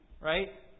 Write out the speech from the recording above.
right